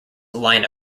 line